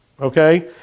okay